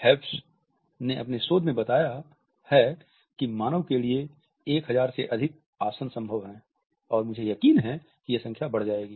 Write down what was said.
हेव्स ने अपने शोध में बताया है कि मानव के लिए 1000 से अधिक आसन संभव हैं और मुझे यकीन है कि यह संख्या बढ़ जाएगी